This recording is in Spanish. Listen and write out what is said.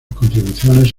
contribuciones